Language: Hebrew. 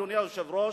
אדוני היושב-ראש: